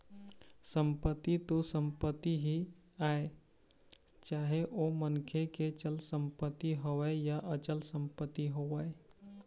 संपत्ति तो संपत्ति ही आय चाहे ओ मनखे के चल संपत्ति होवय या अचल संपत्ति होवय